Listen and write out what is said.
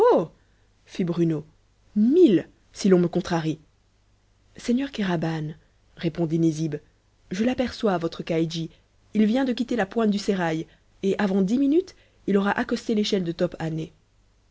fit bruno mille si l'on me contrarie seigneur kéraban répondit nizib je l'aperçois votre caïdji il vient de quitter la pointe du sérail et avant dix minutes il aura accosté l'échelle de